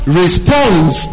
response